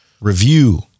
review